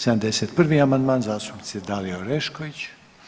71. amandman zastupnice Dalije Orešković.